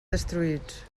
destruïts